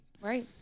Right